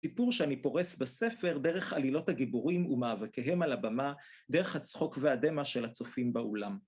סיפור שאני פורס בספר, דרך עלילות הגיבורים ומאבקיהם על הבמה, דרך הצחוק והדמע של הצופים באולם.